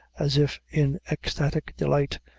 as if in ecstatic delight,